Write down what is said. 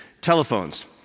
Telephones